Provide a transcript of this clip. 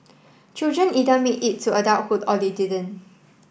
children either made it to adulthood or they didn't